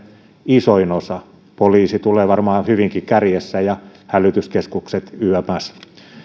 isoin osa poliisi tulee varmaan hyvinkin kärjessä ja sitten hälytyskeskukset ynnä